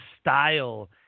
style